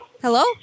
Hello